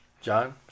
John